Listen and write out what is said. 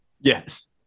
Yes